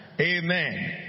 Amen